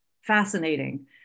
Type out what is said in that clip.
fascinating